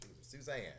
Suzanne